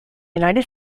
united